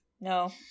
No